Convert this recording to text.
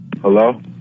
Hello